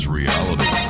reality